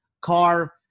car